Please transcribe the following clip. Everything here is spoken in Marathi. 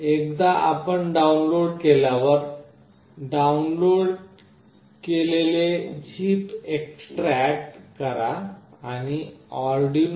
एकदा आपण डाउनलोड केल्यावर डाउनलोड केलेले झिप एक्सट्रॅक्ट करा आणि arduino